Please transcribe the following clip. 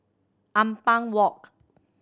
Ampang Walk